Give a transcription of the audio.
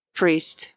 priest